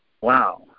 wow